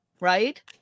right